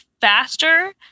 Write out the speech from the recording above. faster